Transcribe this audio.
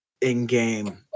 in-game